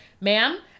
Ma'am